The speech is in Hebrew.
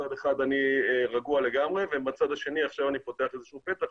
שמצד אחד אני רגוע לגמרי ומהצד השני עכשיו אני פותח איזשהו פתח.